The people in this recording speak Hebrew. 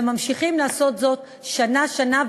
וממשיכים לעשות זאת שנה-שנה,